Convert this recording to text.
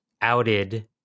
outed